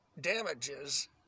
damages